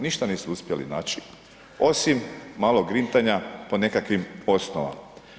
Ništa nisu uspjeli naći osim malo grintanja po nekakvim osnovama.